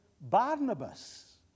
Barnabas